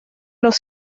los